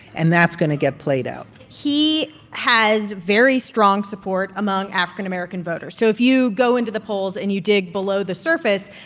and that's going to get played out he has very strong support among african-american voters. so if you go into the polls and you dig below the surface,